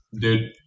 Dude